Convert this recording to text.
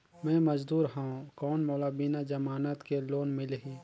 मे मजदूर हवं कौन मोला बिना जमानत के लोन मिलही?